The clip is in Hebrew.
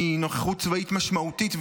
מנוכחות צבאית משמעותית,